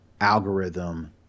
algorithm